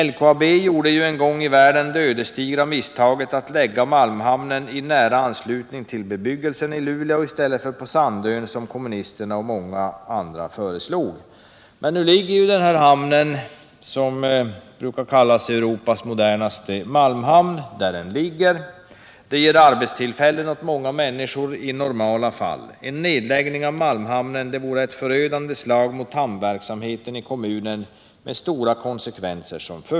LKAB gjorde en gång i världen det ödesdigra misstaget att lägga malmhamnen i nära anslutning till bebyggelsen i Luleå i stället för på Sandön, som kommunisterna och många andra föreslog. Men nu ligger den här hamnen, som brukar kallas Europas modernaste malmhamn, där den ligger. Den ger i normala fall arbetstillfällen åt många människor. En nedläggning av malmhamnen vore ett förödande slag mot hamnverksamheten i kommunen, vilket skulle få stora konsekvenser.